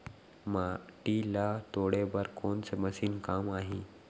माटी ल तोड़े बर कोन से मशीन काम आही?